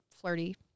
flirty